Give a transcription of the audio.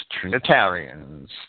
Trinitarians